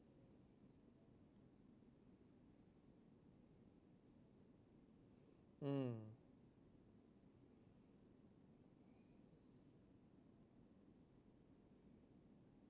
mm